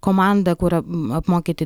komanda kur apmokyti